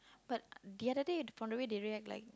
but the other day they react like